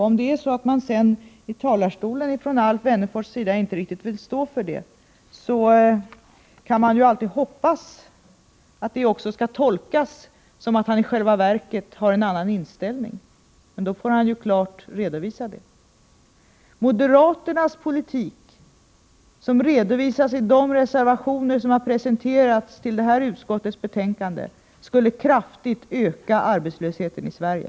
Om Alf Wennerfors sedan från talarstolen inte riktigt vill stå för det, kan man ju alltid hoppas att det också skall tolkas så att han i själva verket har en annan inställning. Men då får han klart redovisa det. Moderaternas politik, som redovisas i de reservationer som avgivits till det här utskottsbetänkandet, skulle kraftigt öka arbetslösheten i Sverige.